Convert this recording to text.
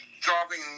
dropping